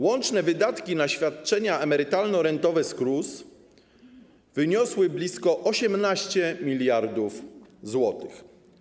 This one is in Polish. Łączne wydatki na świadczenia emerytalno-rentowe z KRUS wyniosły blisko 18 mld zł.